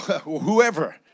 whoever